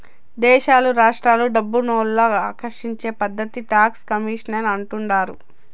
దేశాలు రాష్ట్రాలు డబ్బునోళ్ళు ఆకర్షించే పద్ధతే టాక్స్ కాంపిటీషన్ అంటుండారు